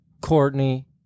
Courtney